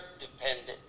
dependent